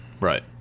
right